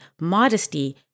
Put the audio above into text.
modesty